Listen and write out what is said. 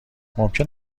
ممکن